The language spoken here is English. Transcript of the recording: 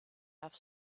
have